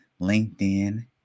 LinkedIn